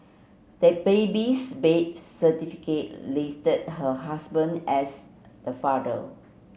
the baby's bath certificate listed her husband as the father